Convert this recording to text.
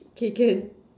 okay can